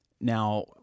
Now